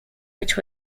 which